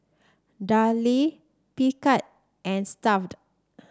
Darlie Picard and Stuff'd